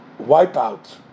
wipeout